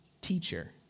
teacher